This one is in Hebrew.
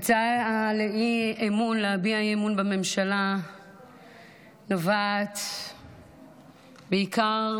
ההצעה להביע אי-אמון בממשלה נובעת בעיקר